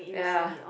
ya